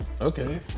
Okay